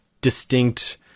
distinct